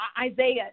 Isaiah